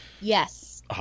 yes